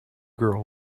girl